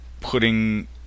putting